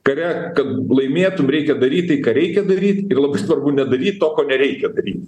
kare laimėtum reikia daryt tai ką reikia daryt ir labai svarbu nedaryt to ko nereikia daryt